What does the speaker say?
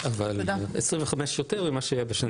אבל זה 25 מיליון שקל יותר ממה שהיה בשנים קודמות.